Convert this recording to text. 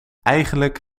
eigenlijk